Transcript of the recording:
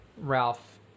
Ralph